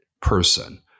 person